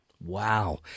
Wow